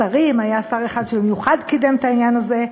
שרים, היה שר אחד שבמיוחד קידם את העניין הזה,